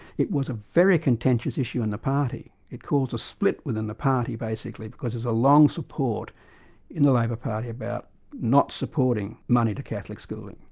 it was a very contentious issue in the party. it caused a split within the party basically, because there's a long support in the labor party about not supporting money to catholic schooling,